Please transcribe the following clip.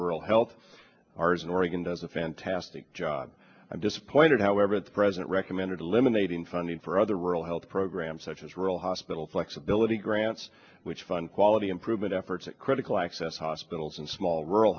rural health ours in oregon does a fantastic job i'm disappointed however the president recommended eliminating funding for other rural health programs such as rural hospital flexibility grants which fund quality improvement efforts at critical access hospitals and small rural